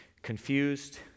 Confused